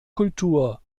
kultur